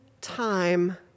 time